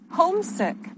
homesick